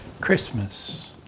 Christmas